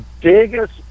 biggest